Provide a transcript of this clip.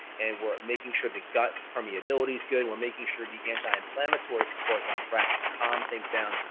and we're making sure the gut permeability is good, we're making sure the anti-inflammatory supports on track that calm things down.